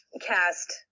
cast